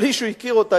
בלי שהוא הכיר אותה,